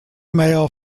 male